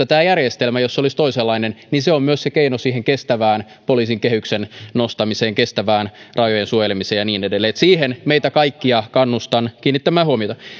tämä järjestelmä olisi toisenlainen niin se olisi myös keino siihen kestävään poliisin kehyksen nostamiseen kestävään rajojen suojelemiseen ja niin edelleen siihen meitä kaikkia kannustan kiinnittämään huomiota